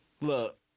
Look